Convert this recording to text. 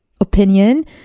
opinion